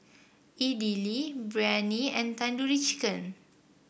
Idili Biryani and Tandoori Chicken